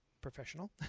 professional